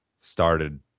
started